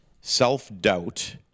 self-doubt